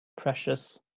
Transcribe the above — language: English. precious